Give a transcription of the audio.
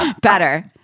Better